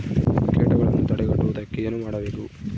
ಕೇಟಗಳನ್ನು ತಡೆಗಟ್ಟುವುದಕ್ಕೆ ಏನು ಮಾಡಬೇಕು?